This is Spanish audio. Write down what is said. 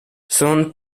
son